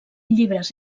llibres